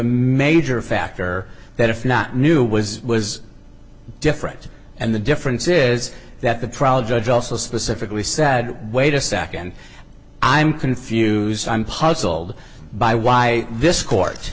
major factor that if not new was was different and the difference is that the trial judge also specifically said wait a nd i'm confused i'm puzzled by why this court